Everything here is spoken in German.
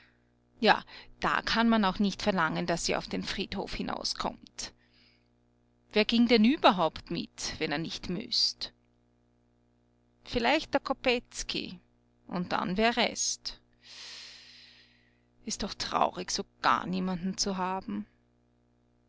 ja da kann man auch nicht verlangen daß sie auf den friedhof hinauskommt wer ging denn überhaupt mit wenn er nicht müßt vielleicht der kopetzky und dann wär rest ist doch traurig so gar niemanden zu haben